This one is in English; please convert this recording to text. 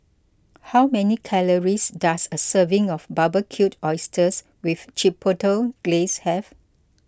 how many calories does a serving of Barbecued Oysters with Chipotle Glaze have